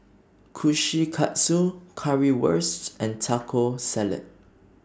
Kushikatsu Currywurst and Taco Salad